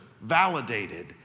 validated